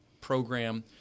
program